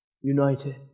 united